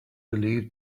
believe